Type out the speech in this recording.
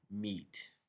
meat